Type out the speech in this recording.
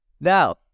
Now